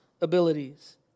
abilities